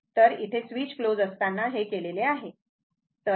तर इथे switch close असताना हे केलेले आहे